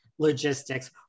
logistics